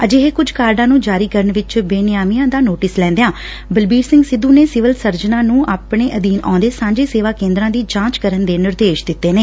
ਅਜਿਹੇ ਕੁਝ ਕਾਰਡਾਂ ਨੂੰ ਜਾਰੀ ਕਰਨ ਵਿਚ ਬੇਨਿਆਮੀਆਂ ਦਾ ਨੋਟਿਸ ਲੈਂਦਿਆਂ ਬਲਬੀਰ ਸਿੰਘ ਸਿੱਧੂ ਨੇ ਸਿਵਲ ਸਰਜਨਾਂ ਨੁ ਆਪਣੇ ਅਧੀਨ ਆਉਂਦੇ ਸਾਂਝੇ ਸੇਵਾ ਕੇਂਦਰਾਂ ਦੀ ਜਾਂਚ ਕਰਨ ਦੇ ਨਿਰਦੇਸ਼ ਦਿੱਤੇ ਨੇ